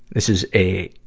this is a,